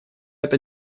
это